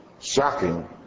shocking